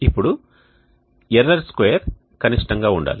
ఇప్పుడు error square కనిష్టంగా ఉండాలి